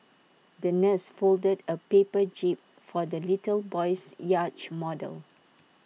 the nurse folded A paper jib for the little boy's yacht model